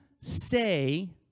say